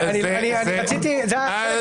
זה לא נושא